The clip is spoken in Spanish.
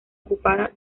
ocupada